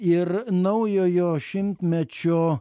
ir naujojo šimtmečio